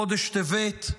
חודש טבת,